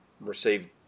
received